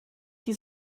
die